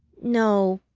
no,